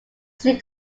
see